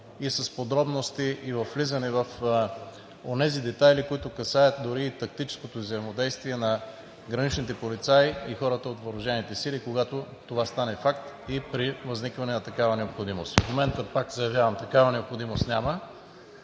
и с подробности, и с влизане в онези детайли, които касаят дори и тактическото взаимодействие на граничните полицаи и хората от въоръжените сили, когато това стане факт, и при възникване на такава необходимост. В момента, пак заявявам, такава необходимост няма.